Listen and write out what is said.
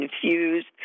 confused